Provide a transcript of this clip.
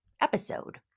episode